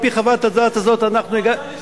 על-פי חוות-הדעת הזאת אנחנו הגענו,